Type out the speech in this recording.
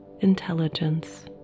intelligence